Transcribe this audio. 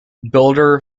builder